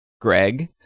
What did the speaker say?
Greg